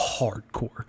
hardcore